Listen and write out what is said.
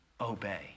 obey